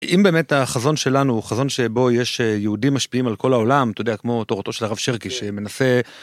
אם באמת החזון שלנו הוא חזון שבו יש יהודים משפיעים על כל העולם, אתה יודע, כמו תורתו של הרב שרקי, שמנסה...